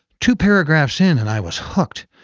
two paragraphs in and i was hooked.